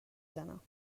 زنم